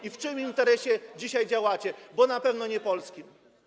I w czym interesie dzisiaj działacie, bo na pewno nie Polski.